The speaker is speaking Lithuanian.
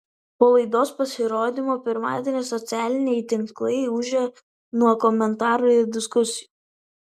po laidos pasirodymo pirmadienį socialiniai tinklai ūžia nuo komentarų ir diskusijų